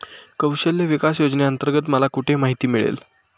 कौशल्य विकास योजनेअंतर्गत मला कुठे माहिती मिळेल?